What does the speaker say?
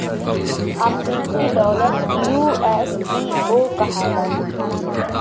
अमरीकी डॉलर यू.एस.डी.ओ कहाला